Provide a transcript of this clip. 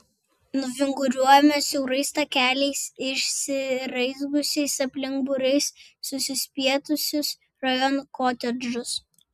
nuvinguriuojame siaurais takeliais išsiraizgiusiais aplink būriais susispietusius rajono kotedžus